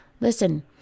Listen